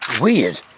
Weird